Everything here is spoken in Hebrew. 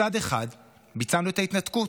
מצד אחד ביצענו את ההתנתקות,